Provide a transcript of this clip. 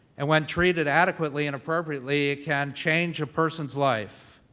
and when treated adequately and appropriately, it can change a person's life.